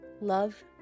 Love